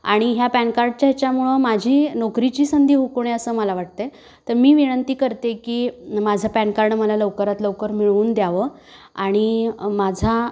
आणि ह्या पॅन कार्डच्या हच्यामुळं माझी नोकरीची संधी हुकू नये असं मला वाटते तर मी विनंती करते की माझं पॅन कार्ड मला लवकरात लवकर मिळवून द्यावं आणि माझा